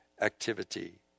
activity